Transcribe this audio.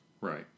Right